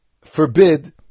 forbid